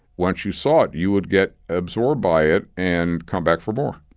once you saw it, you would get absorbed by it and come back for more.